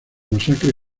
masacre